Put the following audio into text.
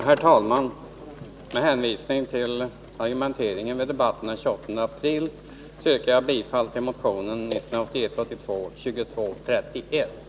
Herr talman! Med hänvisning till argumenteringen vid debatten den 28 april yrkar jag bifall till motion 1981/82:2231.